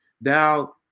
thou